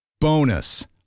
Bonus